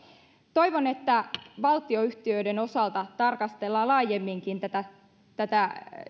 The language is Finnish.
toivon että valtionyhtiöiden osalta tarkastellaan laajemminkin tätä tätä